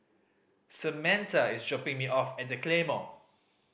Samantha is dropping me off at The Claymore